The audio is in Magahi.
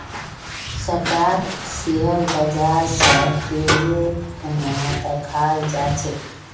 स्टाक शेयर बाजर स जोरे खूना दखाल जा छेक